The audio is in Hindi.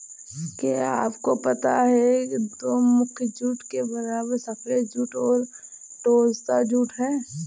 क्या आपको पता है दो मुख्य जूट के प्रकार सफ़ेद जूट और टोसा जूट है